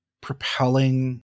propelling